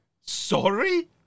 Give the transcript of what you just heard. Sorry